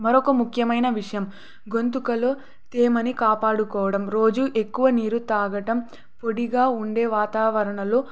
మరొక ముఖ్యమైన విషయం గొంతులో తేమని కాపాడుకోవడం రోజు ఎక్కువ నీరు తాగటం పొడిగా ఉండే వాతావరణంలో